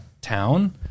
town